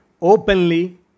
openly